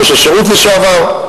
ראש השירות לשעבר,